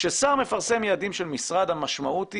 ששר מפרסם יעדים של משרד המשמעות היא,